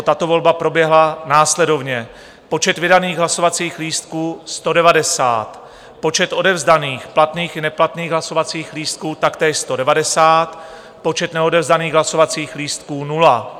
Tato volba proběhla následovně: počet vydaných hlasovacích lístků 190, počet odevzdaných platných i neplatných hlasovacích lístků taktéž 190, počet neodevzdaných hlasovacích lístků 0.